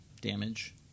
damage